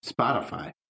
Spotify